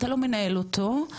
אתה לא מנהל אותו,